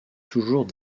toujours